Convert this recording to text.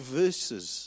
verses